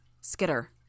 Skitter